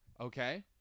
okay